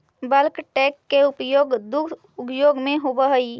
bulk tank के उपयोग दुग्ध उद्योग में होवऽ हई